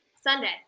Sunday